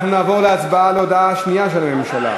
אנחנו נעבור להצבעה על ההודעה השנייה של הממשלה,